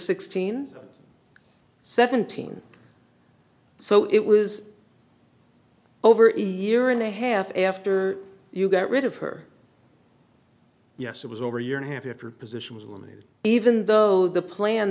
sixteen seventeen so it was over in a year and a half after you got rid of her yes it was over a year and a half if your position was eliminated even though the plan